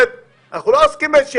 צה"ל הוא הגורם שעושה את זה